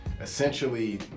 Essentially